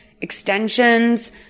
extensions